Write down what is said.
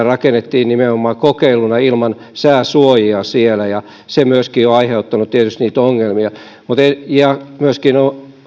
rakennettiin nimenomaan kokeiluna ilman sääsuojia ja se myöskin on aiheuttanut tietysti niitä ongelmia